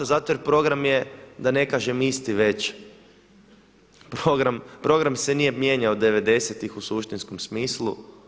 Zato jer program je da ne kažem isti već program se nije mijenjao od devedesetih u suštinskom smislu.